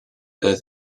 earth